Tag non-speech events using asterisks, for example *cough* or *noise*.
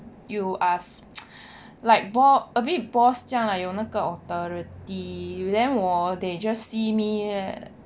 you ask *noise* like bo~ a bit boss 这样啦有那个 authority you then 我 they just see me leh